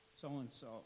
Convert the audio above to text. so-and-so